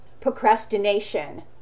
Procrastination